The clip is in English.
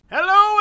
Hello